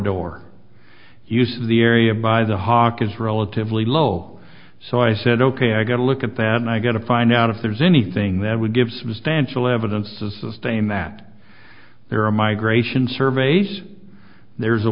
or use the area by the hawk is relatively low so i said ok i got a look at that and i got to find out if there's anything that would give substantial evidence to sustain that there are migration surveys there's a